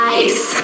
ice